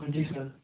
ਹਾਂਜੀ ਸਰ